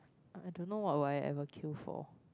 I don't know what will I ever kill for